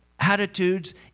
Attitudes